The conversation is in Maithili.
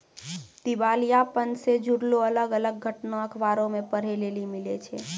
दिबालियापन से जुड़लो अलग अलग घटना अखबारो मे पढ़ै लेली मिलै छै